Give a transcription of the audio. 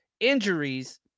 injuries